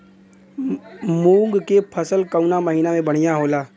मुँग के फसल कउना महिना में बढ़ियां होला?